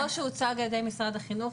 כמו שהוצג על ידי משרד החינוך,